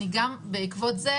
בעקבות זה,